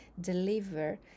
deliver